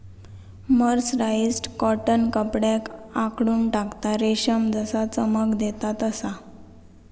mercerised cotton कपड्याक आखडून टाकता, रेशम जसा चमक देता तसा